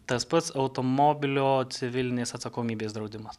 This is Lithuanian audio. tas pats automobilio civilinės atsakomybės draudimas